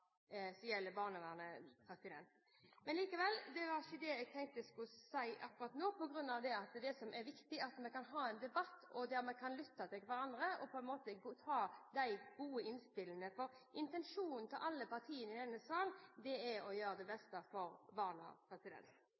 gjelder barnevernet. Men det var ikke det jeg tenkte jeg skulle si akkurat nå, for det som er viktig, er at vi kan ha en debatt der vi kan lytte til hverandre og ta imot gode innspill. For intensjonen til alle partiene i denne sal er å gjøre det beste for barna.